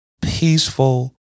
peaceful